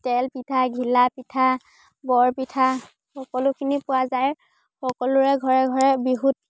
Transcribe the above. তেল পিঠা ঘিলা পিঠা বৰপিঠা সকলোখিনি পোৱা যায় সকলোৰে ঘৰে ঘৰে বিহুত